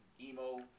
emo